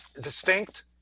distinct